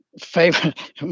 favorite